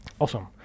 Awesome